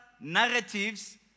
narratives